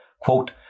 quote